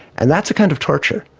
and that's a kind of torture,